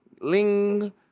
Ling